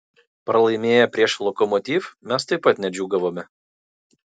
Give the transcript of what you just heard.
pralaimėję prieš lokomotiv mes taip pat nedžiūgavome